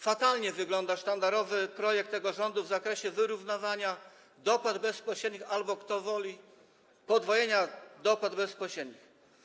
Fatalnie wygląda sztandarowy projekt tego rządu w zakresie wyrównywania dopłat bezpośrednich albo podwojenia, jak kto woli, dopłat bezpośrednich.